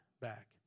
back